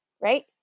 right